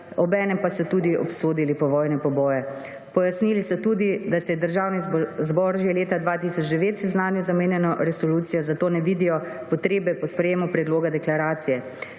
obenem pa so tudi obsodili povojne poboje. Pojasnili so tudi, da se je Državni zbor že leta 2009 seznanil z omenjeno resolucijo, zato ne vidijo potrebe po sprejetju predloga deklaracije.